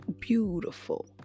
Beautiful